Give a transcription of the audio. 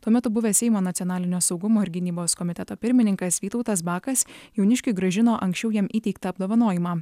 tuo metu buvęs seimo nacionalinio saugumo ir gynybos komiteto pirmininkas vytautas bakas jauniškiui grąžino anksčiau jam įteiktą apdovanojimą